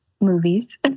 movies